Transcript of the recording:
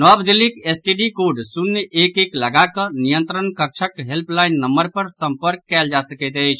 नव दिल्लीक STD code शून्य एक एक लगाकऽ नियंत्रण कक्षक हेल्पलाईन नम्बर पर सम्पर्क कयल जा सकैत अछि